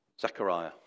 Zechariah